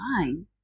mind